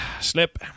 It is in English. Slip